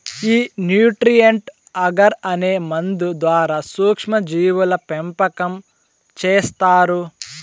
ఈ nutrient agar అనే మందు ద్వారా సూక్ష్మ జీవుల పెంపకం చేస్తారు